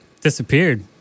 disappeared